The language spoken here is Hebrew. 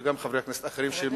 וגם חברי הכנסת האחרים,